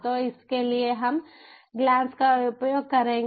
तो इसके लिए हम ग्लैन्स का उपयोग करेंगे